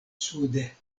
sude